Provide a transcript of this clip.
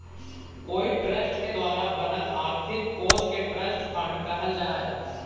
कोई ट्रस्ट के द्वारा बनल आर्थिक कोश के ट्रस्ट फंड कहल जा हई